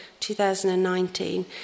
2019